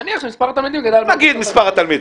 נניח שמספר התלמידים גדל --- נגיד מספר התלמידים,